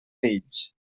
fills